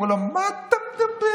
אמרו לו: מה אתה מדבר,